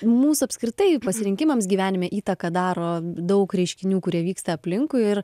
mus apskritai pasirinkimams gyvenime įtaką daro daug reiškinių kurie vyksta aplinkui ir